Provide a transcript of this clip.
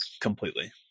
completely